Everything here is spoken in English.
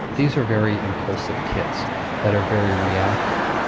these are very impulsive kids that are very reactive,